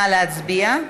נא להצביע.